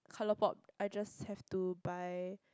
ColourPop I just have to buy